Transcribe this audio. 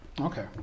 Okay